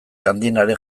handienaren